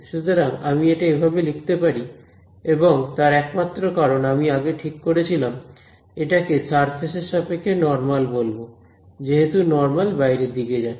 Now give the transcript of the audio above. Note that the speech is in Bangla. সুতরাং আমি এটা এভাবে লিখতে পারি এবং তার একমাত্র কারণ আমি আগে ঠিক করেছিলাম এটাকে সারফেস এর সাপেক্ষে নরমাল বলবো যেহেতু নরমাল বাইরের দিকে যাচ্ছে